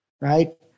right